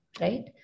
right